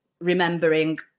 remembering